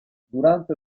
durante